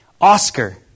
Oscar